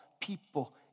people